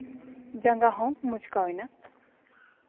ᱡᱟᱸᱜᱟ ᱦᱚᱸ ᱢᱚᱪᱠᱟᱣ ᱮᱱᱟ